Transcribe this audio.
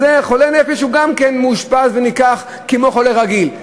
חולה נפש גם מאושפז ונלקח כמו חולה רגיל.